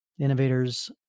Innovator's